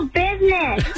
business